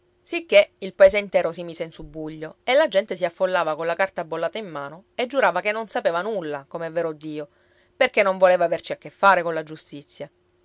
sicché il paese intero si mise in subbuglio e la gente si affollava colla carta bollata in mano e giurava che non sapeva nulla com'è vero dio perché non voleva averci che fare colla giustizia